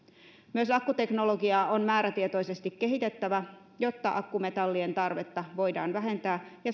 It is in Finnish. myös akkuteknologiaa on määrätietoisesti kehitettävä jotta akkumetallien tarvetta voidaan vähentää ja